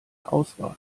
auswahl